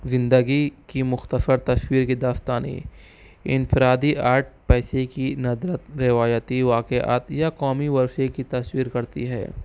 زندگی کی مختصر تصویر کی داستانیں انفرادی آرٹ پیسے کی ندرت روایتی واقعات یا قومی ورثے کی تصویر کرتی ہے